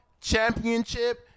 championship